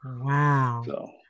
Wow